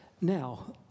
Now